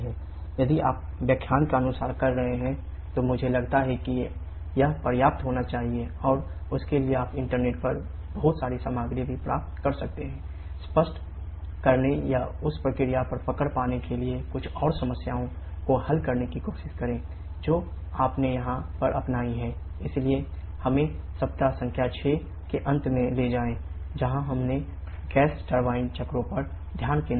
यदि आप व्याख्यान का अनुसरण कर रहे हैं तो मुझे लगता है कि यह पर्याप्त होना चाहिए और इसके लिए आप इंटरनेट चक्रों पर ध्यान केंद्रित किया है